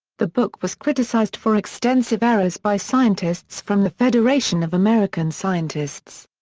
the book was criticized for extensive errors by scientists from the federation of american scientists.